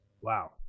Wow